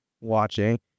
watching